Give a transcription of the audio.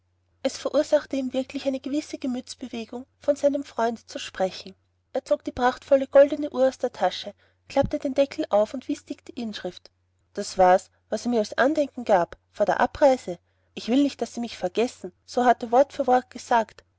es verursachte ihm wirklich eine gewisse gemütsbewegung von seinem freunde zu sprechen er zog die prachtvolle goldne uhr aus der tasche klappte den deckel auf und wies dick die inschrift das war's was er mir als andenken gab vor der abreise ich will nicht daß sie mich vergessen so hat er wort für wort gesagt